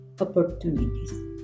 opportunities